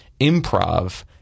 improv